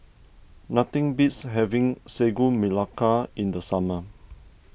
nothing beats having Sagu Melaka in the summer